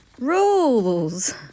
rules